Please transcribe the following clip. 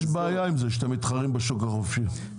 יש בעיה עם זה שאתם מתחרים בשוק החופשי,